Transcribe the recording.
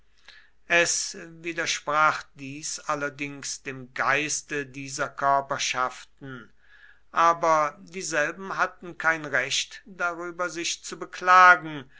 es widersprach dies allerdings dem geiste dieser körperschaften aber dieselben hatten kein recht darüber sich zu beklagen